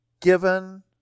given